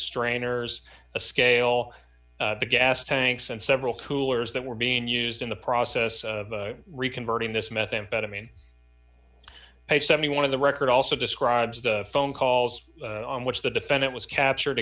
strainers a scale the gas tanks and several coolers that were being used in the process of reconvert in this methamphetamine page seventy one of the record also describes the phone calls on which the defendant was captured